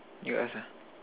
you ask ah